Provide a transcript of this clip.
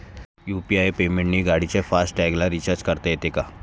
UPI पेमेंटने गाडीच्या fast टॅगला रिर्चाज करता येते का?